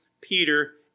Peter